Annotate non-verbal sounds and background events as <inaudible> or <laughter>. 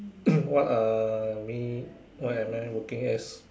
<coughs> what are me what am I working as